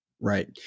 Right